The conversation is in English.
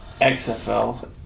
XFL